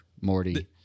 Morty